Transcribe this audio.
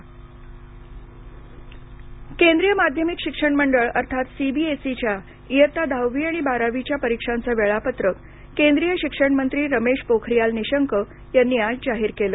CBSE परीक्षा केंद्रीय माध्यमिक शिक्षण मंडळ अर्थात सीबीएसई च्या इयत्ता दहावी आणि बारावीच्या परीक्षांचं वेळापत्रक केंद्रीय शिक्षण मंत्री रमेश पोखरियाल नीशंक यांनी आज जाहीर केलं